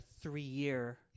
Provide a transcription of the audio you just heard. three-year